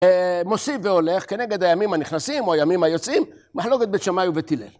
מוסיף והולך כנגד הימים הנכנסים או הימים היוצאים, מחלוקת בית שמאי ובית הלל.